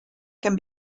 can